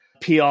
PR